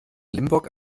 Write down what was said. limburg